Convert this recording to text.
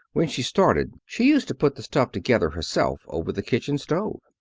when she started she used to put the stuff together herself over the kitchen stove.